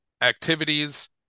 activities